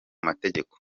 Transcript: mategeko